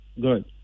Good